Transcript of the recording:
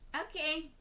okay